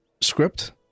script